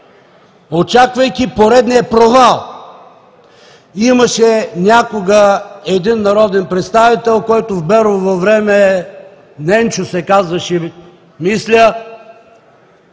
очаквайки поредния провал. Имаше някога един народен представител, който в Берово време – Ненчо се казваше, мисля